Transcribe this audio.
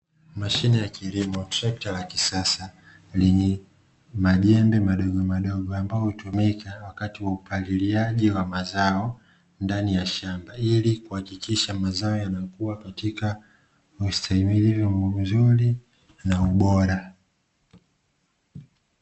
Mashine ya kilimo cha kisasa, lenye majembe madogomadogo, ambayo hutumika wakati wa upaliliaji wa mazao ndani ya shamba, ili kuhakikisha mazao yamekua katika ustahimilivu mizuri na ubora.